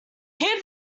keep